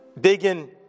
digging